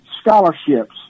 scholarships